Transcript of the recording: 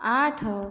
ଆଠ